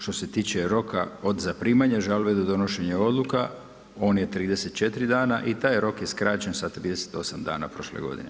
Što se tiče roka od zaprimanja žalbe do donošenja odluka on je 34 dana i taj rok je skraćen sa 38 dana prošle godine.